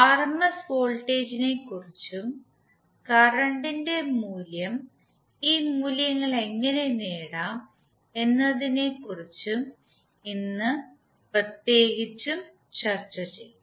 RMS വോൾട്ടേജിനെക്കുറിച്ചും current ൻറെ മൂല്യം ഈ മൂല്യങ്ങൾ എങ്ങനെ നേടാം എന്നതിനെക്കുറിച്ചും ഇന്ന് പ്രത്യേകമായി ചർച്ച ചെയ്യും